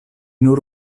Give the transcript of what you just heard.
nur